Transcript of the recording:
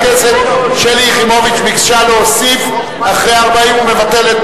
וחברת הכנסת שלי יחימוביץ ביקשה להוסיף אחרי 40 ומבטלת,